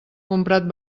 comprat